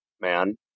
man